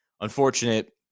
unfortunate